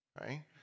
right